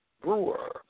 Brewer